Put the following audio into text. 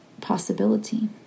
possibility